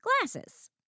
glasses